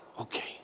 Okay